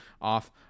off